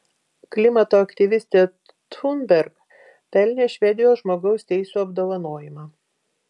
klimato aktyvistė thunberg pelnė švedijos žmogaus teisių apdovanojimą